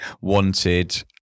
wanted